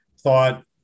thought